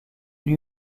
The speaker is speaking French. lui